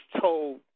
told